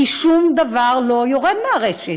כי שום דבר לא יורד מהרשת,